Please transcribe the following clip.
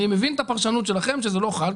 אני מבין את הפרשנות שלכם שזה לא חל,